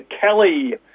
Kelly